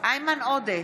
איימן עודה,